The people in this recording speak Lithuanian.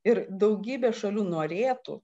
ir daugybė šalių norėtų